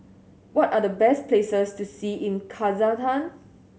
what are the best places to see in Kazakhstan